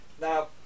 Now